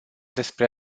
despre